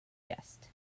jest